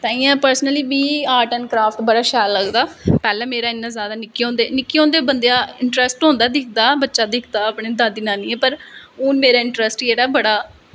ताहियैं परसनली मीं art and craft मीं शैल लगदा पैह्लैं मेरा इन्ना निक्के होंदे बंदे दा इंट्रस्ट होंदा बच्चा दिखदा अपने दादी नानियें गी पर हून मेरा इंट्रस्ट जेह्ड़ा मेरा बड़ा